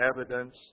evidence